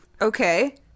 okay